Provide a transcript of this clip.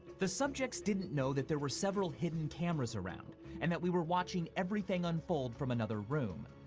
the subjects didn't know that there were several hidden cameras around and that we were watching everything unfold from another room.